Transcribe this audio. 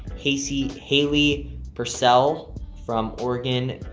casey haley purcell from oregon,